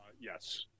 yes